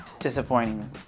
Disappointing